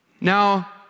Now